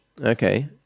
Okay